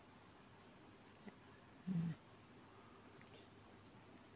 mm